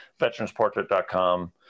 VeteransPortrait.com